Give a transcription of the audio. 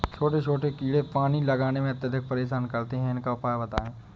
छोटे छोटे कीड़े पानी लगाने में अत्याधिक परेशान करते हैं इनका उपाय बताएं?